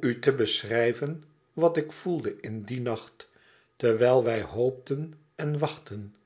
u te beschrijven wat ik voelde in dien nacht terwijl wij hoopten en wachtten